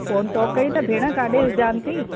phone थो कई न भेण काडे॒ ध्यानु अथई